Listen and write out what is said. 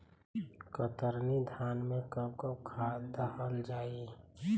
कतरनी धान में कब कब खाद दहल जाई?